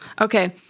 Okay